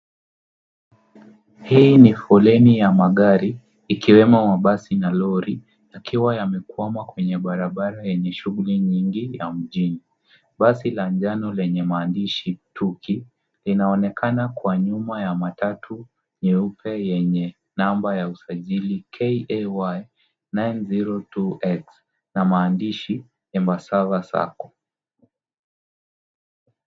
Hii ni foleni ya magari ikiwemo mabasi na lori yakiwa yamekwama kwenye barabara yenye shughuli nyingi ya mjini. Basi la njano lenye maandishi Tuki linaonekana kwa nyuma ya matatu nyeupe yenye namba ya usajili KAY 902X na maandishi Embassava Sacco.